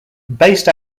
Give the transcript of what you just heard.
based